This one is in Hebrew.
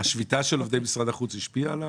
השביתה של עובדי משרד החוץ השפיעה?